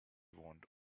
want